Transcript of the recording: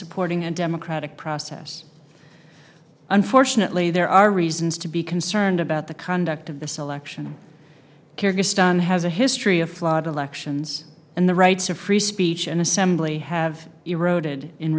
supporting a democratic process unfortunately there are reasons to be concerned about the conduct of the selection of kyrgyzstan has a history of florida elections and the rights of free speech and assembly have eroded in